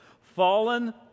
fallen